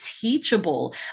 teachable